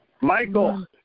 Michael